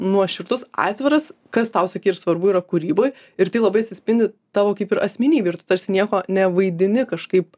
nuoširdus atviras kas tau sakei ir svarbu yra kūryboj ir tai labai atsispindi tavo kaip ir asmenybėj ir tarsi nieko nevaidini kažkaip